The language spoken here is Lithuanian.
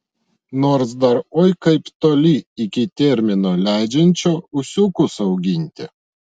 nors dar oi kaip toli iki termino leidžiančio ūsiukus auginti